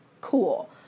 Cool